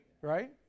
right